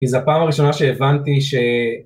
כי זה הפעם הראשונה שהבנתי ש...